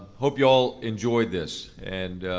hope you all enjoyed this. and